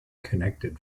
connected